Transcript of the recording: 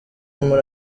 muri